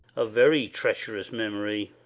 a very treacherous memory!